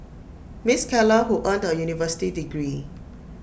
miss Keller who earned A university degree